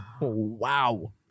Wow